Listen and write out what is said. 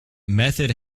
method